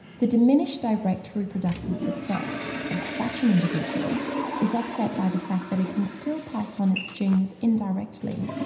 the diminished direct reproductive success of such an individual is offset by the fact that it can still pass on its genes indirectly,